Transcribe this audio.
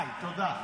תודה.